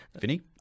Vinny